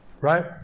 Right